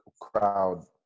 crowd